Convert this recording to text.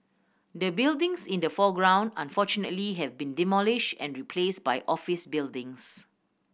the buildings in the foreground unfortunately have been demolished and replaced by office buildings